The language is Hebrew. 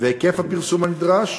ולהיקף הפרסום הנדרש.